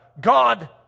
God